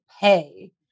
pay